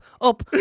up